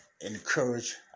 encourage